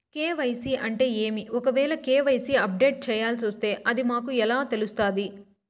KYC అంటే ఏమి? ఒకవేల కె.వై.సి అప్డేట్ చేయాల్సొస్తే అది మాకు ఎలా తెలుస్తాది?